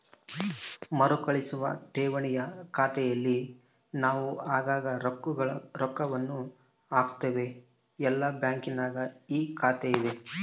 ಮರುಕಳಿಸುವ ಠೇವಣಿಯ ಖಾತೆಯಲ್ಲಿ ನಾವು ಆಗಾಗ್ಗೆ ರೊಕ್ಕವನ್ನು ಹಾಕುತ್ತೇವೆ, ಎಲ್ಲ ಬ್ಯಾಂಕಿನಗ ಈ ಖಾತೆಯಿದೆ